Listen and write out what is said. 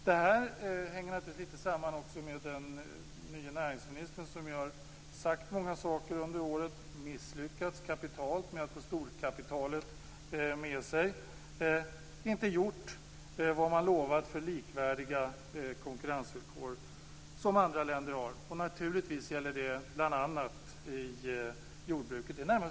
Detta hänger också samman med den nye näringsministern och hans uttalanden under året. Han har misslyckats kapitalt med att få storkapitalet med sig. Man har inte gjort vad man lovat för likvärdiga konkurrensvillkor som andra länder har. Naturligtvis gäller det bl.a. jordbruket. Herr talman!